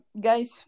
guys